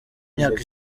myaka